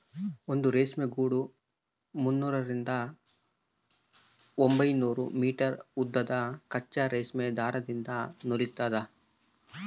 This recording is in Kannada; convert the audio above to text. ಒಂದು ರೇಷ್ಮೆ ಗೂಡು ಮುನ್ನೂರರಿಂದ ಒಂಬೈನೂರು ಮೀಟರ್ ಉದ್ದದ ಕಚ್ಚಾ ರೇಷ್ಮೆ ದಾರದಿಂದ ನೂಲಿರ್ತದ